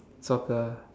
soccer ah